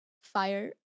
fire